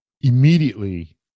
immediately